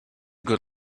good